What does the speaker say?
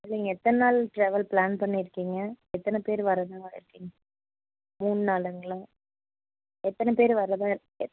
நீங்கள் எத்தனை நாள் ட்ராவல் ப்ளான் பண்ணிருக்கீங்க எத்தனை பேர் வரதா இருக்கீங்க மூணு நாளுங்களா எத்தனை பேர் வரதா இருக்